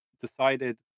decided